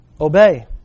obey